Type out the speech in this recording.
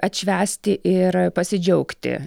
atšvęsti ir pasidžiaugti